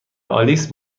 آلیس